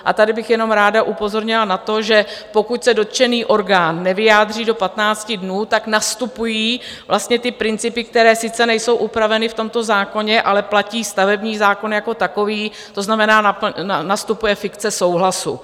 A tady bych jenom ráda upozornila na to, že pokud se dotčený orgán nevyjádří do 15 dnů, nastupují principy, které sice nejsou upraveny v tomto zákoně, ale platí stavební zákon jako takový, to znamená, nastupuje fikce souhlasu.